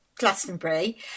Glastonbury